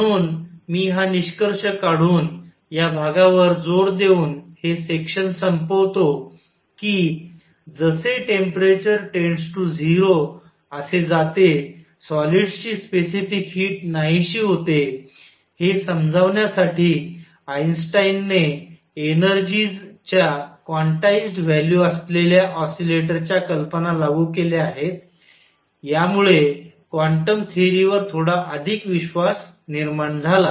म्हणून मी हा निष्कर्ष काढून या भागावर जोर देऊन हे सेक्शन संपवतो की जसे टेम्परेचर → 0 असे जाते सॉलिड्स ची स्पेसिफिक हीट नाहीशी होते हे समजवण्यासाठी आइन्स्टाईनने एनेर्जीज च्या क्वांटाइज्ड व्हॅल्यू असलेल्या ऑसीलेटरच्या कल्पना लागू केल्या आहेत यामुळे क्वांटम थेअरीवर थोडा अधिक विश्वास निर्माण झाला